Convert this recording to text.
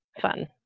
fun